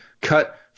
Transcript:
cut